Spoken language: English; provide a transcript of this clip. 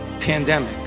pandemic